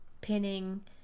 pinning